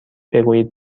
بگویید